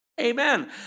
Amen